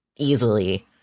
easily